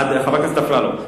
חבר הכנסת אפללו.